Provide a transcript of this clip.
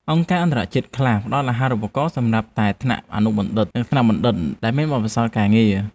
អង្គការអន្តរជាតិខ្លះផ្តល់អាហារូបករណ៍សម្រាប់តែថ្នាក់អនុបណ្ឌិតនិងថ្នាក់បណ្ឌិតដែលមានបទពិសោធន៍ការងារ។